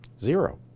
zero